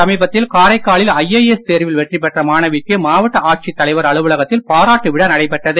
சமீபத்தில் காரைக்காலில் ஐஏஎஸ் தேர்வில் வெற்றி பெற்ற மாணவிக்கு மாவட்ட ஆட்சித் தலைவர் அலுவலகத்தில் பாராட்டு விழா நடைபெற்றது